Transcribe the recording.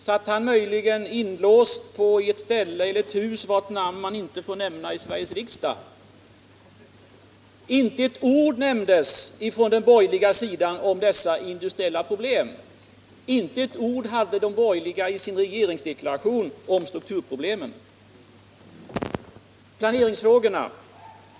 Satt han möjligen inlåst på ett ställe vars namn man inte får nämna i Sveriges riksdag? Inte ett ord sades från den borgerliga sidan om dessa industriella problem. Inte ett ord hade de borgerliga i sin regeringsdeklaration om strukturproblemen. Så till planeringsfrågorna.